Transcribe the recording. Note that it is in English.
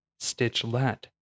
Stitchlet